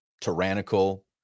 tyrannical